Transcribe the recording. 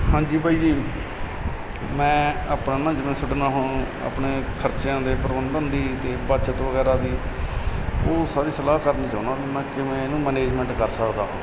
ਹਾਂਜੀ ਬਾਈ ਜੀ ਮੈਂ ਆਪਣਾ ਆਪਣੇ ਖਰਚਿਆਂ ਦੇ ਪ੍ਰਬੰਧਨ ਦੀ ਅਤੇ ਬੱਚਤ ਵਗੈਰਾ ਦੀ ਉਹ ਸਾਰੀ ਸਲਾਹ ਕਰਨੀ ਚਾਹੁੰਦਾ ਬਈ ਮੈਂ ਕਿਵੇਂ ਇਹਨੂੰ ਮੈਨੇਜਮੈਂਟ ਕਰ ਸਕਦਾ